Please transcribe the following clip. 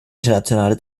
internationale